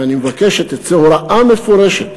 ואני מבקש שתצא הוראה מפורשת